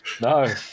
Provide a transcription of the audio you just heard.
No